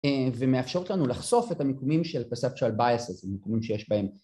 ומאפשר אותנו לחשוף את המיקומים של perceptual biases ומיקומים שיש בהם